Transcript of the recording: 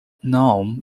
known